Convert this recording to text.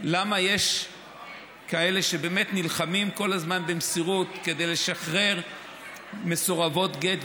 למה יש כאלה שבאמת נלחמים כל הזמן במסירות כדי לשחרר מסורבות גט,